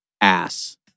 ass